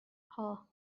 hall